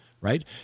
right